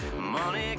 money